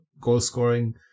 goal-scoring